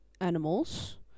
Animals